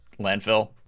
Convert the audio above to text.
landfill